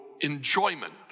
enjoyment